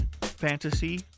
fantasy